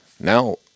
Now